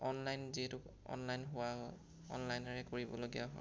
online যিহেতু online হোৱা অনলাইনেৰে কৰিবলগীয়া হয়